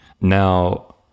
Now